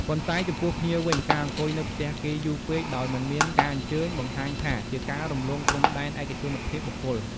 ប៉ុន្តែចំពោះភ្ញៀវវិញ ការអង្គុយនៅផ្ទះគេយូរពេកដោយមិនមានការអញ្ជើញ បង្ហាញថាជាការរំលងព្រំដែនឯកជនភាពបុគ្គល។